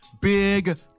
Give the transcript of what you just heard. Big